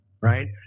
Right